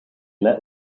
let